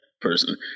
person